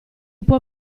può